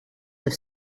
have